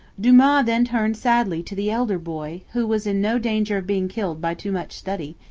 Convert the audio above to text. dumas then turned sadly to the elder boy, who was in no danger of being killed by too much study,